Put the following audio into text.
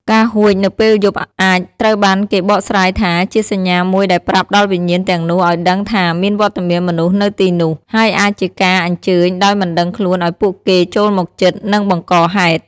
ការហួចនៅពេលយប់អាចត្រូវបានគេបកស្រាយថាជាសញ្ញាមួយដែលប្រាប់ដល់វិញ្ញាណទាំងនោះឲ្យដឹងថាមានវត្តមានមនុស្សនៅទីនោះ ហើយអាចជាការអញ្ជើញដោយមិនដឹងខ្លួនឲ្យពួកគេចូលមកជិត និងបង្កហេតុ។